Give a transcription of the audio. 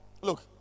look